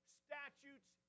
statutes